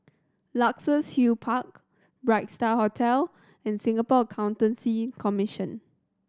Luxus Hill Park Bright Star Hotel and Singapore Accountancy Commission